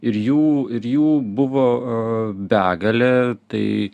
ir jų ir jų buvo begalė tai